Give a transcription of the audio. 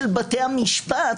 בפסיקת בתי המשפט